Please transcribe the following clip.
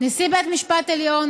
נשיא בית המשפט העליון,